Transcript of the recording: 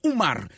Umar